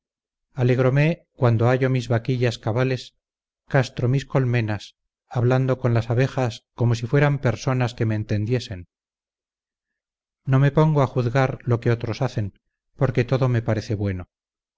alegrome cuando hallo mis vaquillas cabales castro mis colmenas hablando con las abejas como si fueran personas que me entendiesen no me pongo a juzgar lo que otros hacen porque todo me parece bueno